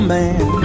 man